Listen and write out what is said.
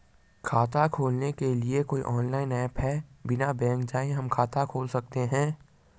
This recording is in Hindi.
खाता खोलने के लिए कोई ऑनलाइन ऐप है बिना बैंक जाये हम खाता खोल सकते हैं?